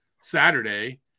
Saturday